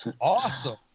awesome